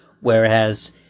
whereas